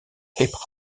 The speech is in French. hip